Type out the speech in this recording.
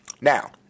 Now